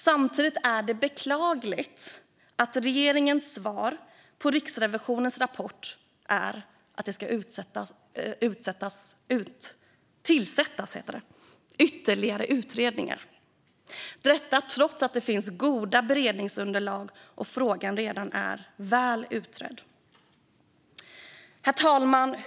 Samtidigt är det beklagligt att regeringens svar på Riksrevisionens rapport är att det ska tillsättas ytterligare utredningar, detta trots att det finns goda beredningsunderlag och att frågan redan är väl utredd. Herr talman!